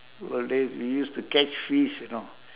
old days we used to catch fish you know